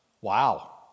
Wow